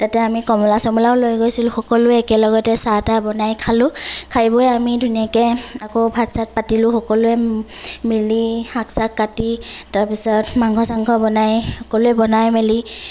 তাতে আমি কমলা চমলাও লৈছিলো সকলোৱে একে লগতে তাহ তাহ বনাই খালো খাই বৈ আমি ধুনীয়াকৈ আকৌ ভাত চাত পাতিলো সকলোৱে মিলি শাক চাক কাটি তাৰ পিছত মাংস চাংস বনাই সকলোৱে বনাই মেলি